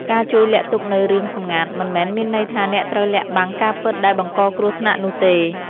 ការជួយលាក់ទុកនូវរឿងសម្ងាត់ មិនមែនមានន័យថាអ្នកត្រូវលាក់បាំងការពិតដែលបង្កគ្រោះថ្នាក់នោះទេ។